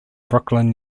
brooklyn